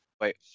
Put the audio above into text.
wait